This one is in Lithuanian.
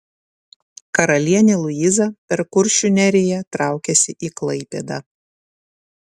karalienė liuiza per kuršių neriją traukėsi į klaipėdą